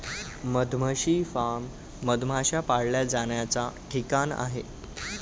मधमाशी फार्म मधमाश्या पाळल्या जाण्याचा ठिकाण आहे